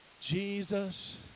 Jesus